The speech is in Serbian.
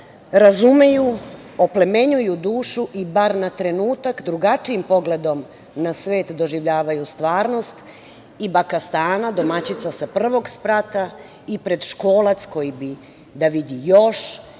razumeju, oplemenjuju dušu i bar na trenutak drugačijim pogledom na svet doživljavaju stvarnost i baka Stana, domaćica sa prvog sprata i predškolac koji bi da vidi još